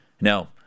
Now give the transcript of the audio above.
Now